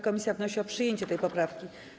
Komisja wnosi o przyjęcie tej poprawki.